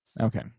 Okay